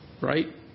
right